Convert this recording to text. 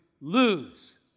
lose